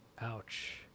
ouch